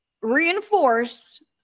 reinforce